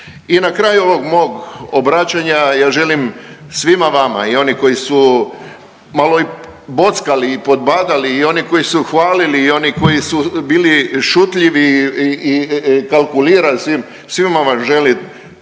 I na kraju ovog mog obraćanja ja želim svima vama i oni koji su malo i bockali i podbadali i oni koji su hvalili i oni koji su bili šutljivi i kalkulirali, svima vam želim